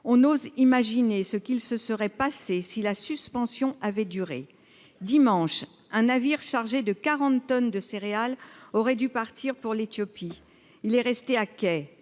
n'ose imaginer ce qu'il se serait passé si la suspension avait duré dimanche, un navire chargé de 40 tonnes de céréales aurait dû partir pour l'Éthiopie, il est resté à quai